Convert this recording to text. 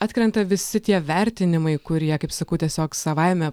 atkrenta visi tie vertinimai kurie kaip sakau tiesiog savaime